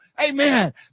Amen